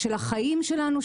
של החיים שלנו,